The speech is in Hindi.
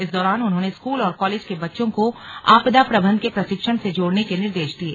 इस दौरान उन्होंने स्कूल और कॉलेज के बच्चों को आपदा प्रबन्ध के प्रशिक्षण से जोड़ने के निर्देश दिये